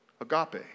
agape